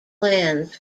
plans